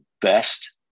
best